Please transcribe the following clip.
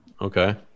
Okay